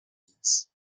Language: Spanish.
días